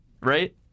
Right